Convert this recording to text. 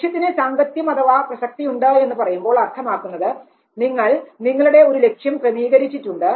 ലക്ഷ്യത്തിന് സാംഗത്യം അഥവാ പ്രസക്തിയുണ്ട് എന്ന് പറയുമ്പോൾ അർത്ഥമാക്കുന്നത് നിങ്ങൾ നിങ്ങളുടെ ഒരു ലക്ഷ്യം ക്രമീകരിച്ചിട്ടുണ്ട്